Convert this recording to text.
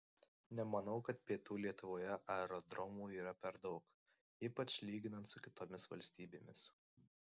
nemanau kad pietų lietuvoje aerodromų yra per daug ypač lyginant su kitomis valstybėmis